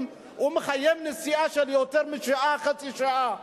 מחייב נסיעה של יותר משעה או חצי שעה,